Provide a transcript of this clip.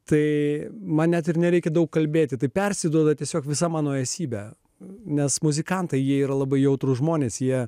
tai man net ir nereikia daug kalbėti tai persiduoda tiesiog visa mano esybę nes muzikantai yra labai jautrūs žmonės jie